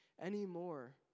anymore